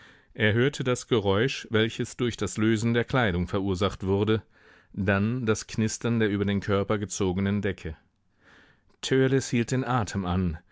er hörte das geräusch welches durch das lösen der kleidung verursacht wurde dann das knistern der über den körper gezogenen decke törleß hielt den atem an